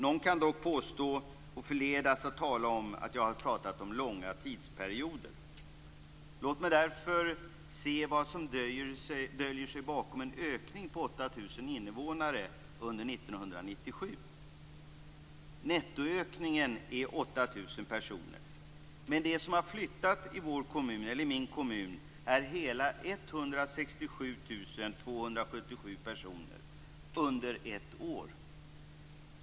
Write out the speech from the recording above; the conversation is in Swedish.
Någon kan förledas att tala om att jag har pratat om långa tidsperioder. Låt mig därför se vad som döljer sig bakom en ökning om 8 000 invånare under 1997. Nettoökningen är alltså 8 000 personer, men de som har flyttat i min hemkommun är hela 167 277 personer under ett år.